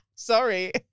Sorry